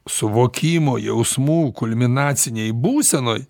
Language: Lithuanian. suvokimo jausmų kulminacinėj būsenoj